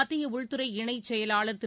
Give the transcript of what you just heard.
மத்தியஉள்துறை இணைச் செயலாளர் திரு